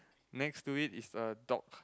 next to it is a dog